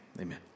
Amen